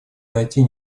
найти